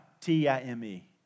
T-I-M-E